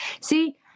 See